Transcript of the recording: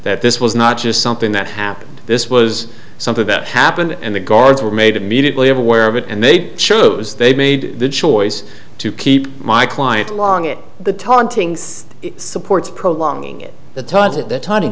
that this was not just something that happened this was something that happened in the guards were made immediately aware of it and they chose they made the choice to keep my client long at the tauntings supports prolonging it that t